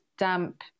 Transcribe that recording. damp